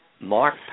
mark